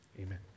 Amen